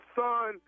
son